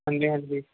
ਹਾਂਜੀ ਹਾਂਜੀ